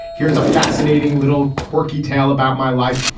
here's a fascinating little quirky tale about my life.